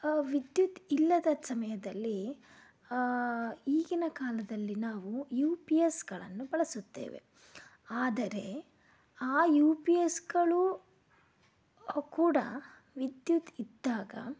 ವಿದ್ಯುತ್ ಇಲ್ಲದ ಸಮಯದಲ್ಲಿ ಈಗಿನ ಕಾಲದಲ್ಲಿ ನಾವು ಯು ಪಿ ಎಸ್ ಗಳನ್ನು ಬಳಸುತ್ತೇವೆ ಆದರೆ ಆ ಯು ಪಿ ಎಸ್ಗಳು ಕೂಡ ವಿದ್ಯುತ್ ಇದ್ದಾಗ